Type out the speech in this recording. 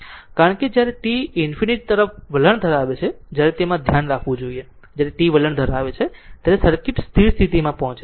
કારણ કે જ્યારે t ∞ તરફ વલણ ધરાવે છે જ્યારે તેમાં ધ્યાન આપવું જ્યારે t વલણ ધરાવે છે ત્યારે સર્કિટ સ્થિર સ્થિતિમાં પહોંચે છે